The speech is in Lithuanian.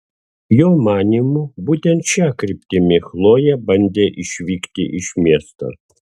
jo manymu būtent šia kryptimi chlojė bandė išvykti iš miesto